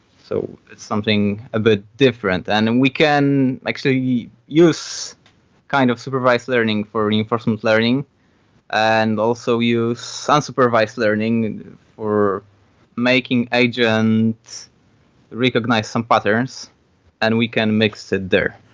so it's something a bit different. and and we can actually yeah use kind of supervised learning for reinforcement learning and also use ah unsupervised learning and for making agents recognize some patterns and we can mix it there.